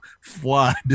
flood